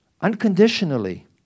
Unconditionally